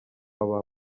aba